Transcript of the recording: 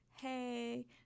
Hey